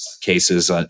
cases